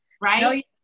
right